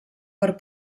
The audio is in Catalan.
per